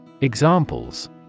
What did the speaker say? Examples